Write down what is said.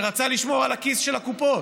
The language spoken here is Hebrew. שרצה לשמור על הכיס של הקופות.